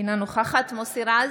אינה נוכחת מוסי רז,